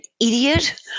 idiot